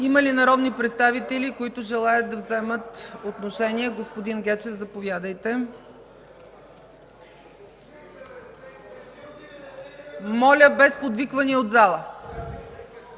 Има ли народни представители, които желаят да вземат отношение? Господин Гечев, заповядайте. (Реплики от ГЕРБ